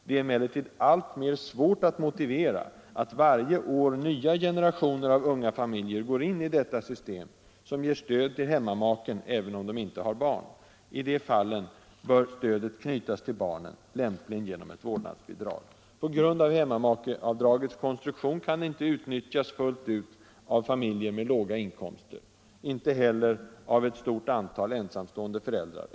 Det är emellertid alltmer svårt att motivera att varje år nya generationer av unga familjer går in i detta system som ger stöd till hemmamaken även om de inte har barn. I de fallen bör stödet knytas till barnen, lämpligen genom ett vårdnadsbidrag. På grund av hemmamakeavdragets konstruktion kan det inte utnyttjas fullt ut av familjer med låga inkomster, inte heller av ett stort antal ensamstående föräldrar.